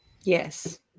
Yes